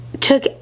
took